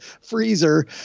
freezer